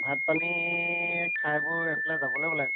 ভাত পানী খাই বৈ এফালে যাবলৈ ওলাইছোঁ